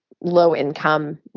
low-income